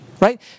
right